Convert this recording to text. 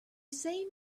same